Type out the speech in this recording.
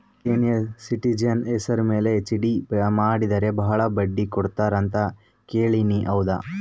Senior citizen ಹೆಸರ ಮೇಲೆ FD ಮಾಡಿದರೆ ಬಹಳ ಬಡ್ಡಿ ಕೊಡ್ತಾರೆ ಅಂತಾ ಕೇಳಿನಿ ಹೌದಾ?